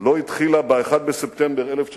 לא התחילה ב-1 בספטמבר 1939,